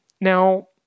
Now